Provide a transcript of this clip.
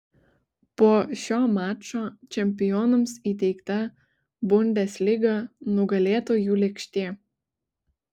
po šio mačo čempionams įteikta bundesliga nugalėtojų lėkštė